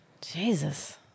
Jesus